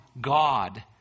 God